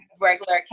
regular